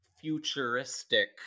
futuristic